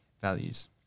values